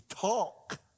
talk